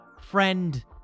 friend